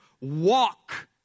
walk